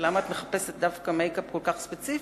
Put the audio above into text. למה את מחפשת דווקא מייק-אפ כל כך ספציפי?